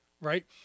Right